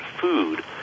food